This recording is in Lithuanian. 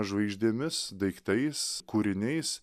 žvaigždėmis daiktais kūriniais